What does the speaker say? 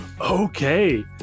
Okay